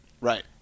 Right